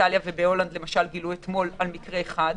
באיטליה והולנד גילו למשל אתמול מקרה אחד,